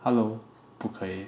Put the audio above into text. hello 不可以